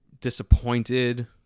disappointed